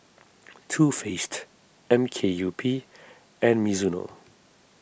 Too Faced M K U P and Mizuno